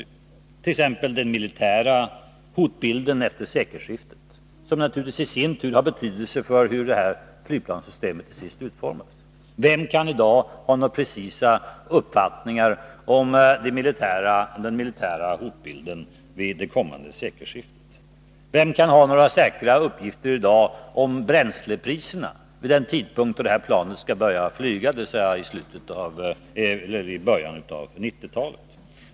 Det gäller t.ex. den militära hotbilden efter sekelskiftet, som naturligtvis i sin tur har betydelse för hur det här flygplanssystemet till sist utformas. Vem kan i dag ha någon precis uppfattning om den militära hotbilden vid kommande sekelskifte? Vem kan i dag ha några säkra uppgifter om bränslepriserna vid den tidpunkt då det här planet skall börja flyga, dvs. i början av 1990-talet?